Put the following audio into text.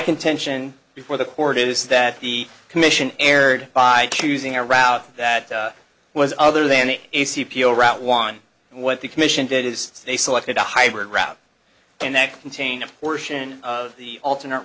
contention before the court is that the commission erred by choosing a route that was other than it is c p o route one what the commission did is they selected a hybrid route and that contained a portion of the alternate